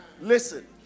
listen